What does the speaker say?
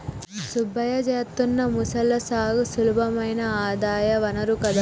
సుబ్బయ్య చేత్తున్న మొసళ్ల సాగు సులభమైన ఆదాయ వనరు కదా